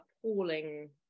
appalling